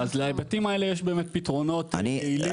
אז להיבטים האלה יש באמת פתרונות יעילים.